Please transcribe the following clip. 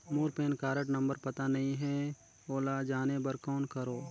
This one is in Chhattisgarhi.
मोर पैन कारड नंबर पता नहीं है, ओला जाने बर कौन करो?